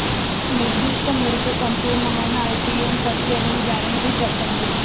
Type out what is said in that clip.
నిర్దిష్ట మెరుపు సంపూర్ణమైన ఐ.పీ.ఎం పరిశోధన గ్యారంటీ చెప్పండి?